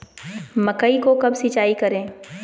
मकई को कब सिंचाई करे?